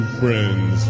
friends